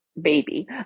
baby